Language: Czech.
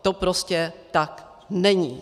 To prostě tak není!